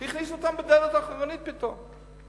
הכניסו אותם בדלת האחורית פתאום.